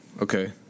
okay